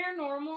paranormal